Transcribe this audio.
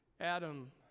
Adam